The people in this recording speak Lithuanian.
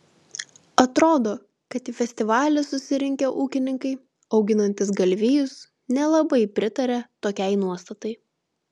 atrodo kad į festivalį susirinkę ūkininkai auginantys galvijus nelabai pritaria tokiai nuostatai